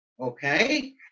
okay